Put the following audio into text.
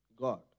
God